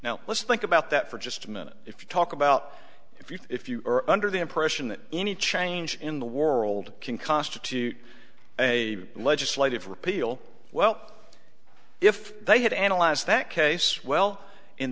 now let's think about that for just a minute if you talk about if you are under the impression that any change in the world can constitute a legislative repeal well if they had analyzed that case well in